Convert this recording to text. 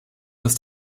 ist